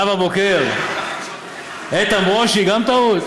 נאוה בוקר, איתן ברושי גם טעות?